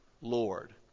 Lord